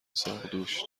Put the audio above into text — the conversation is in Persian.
ساقدوش